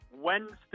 Wednesday